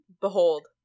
behold